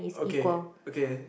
okay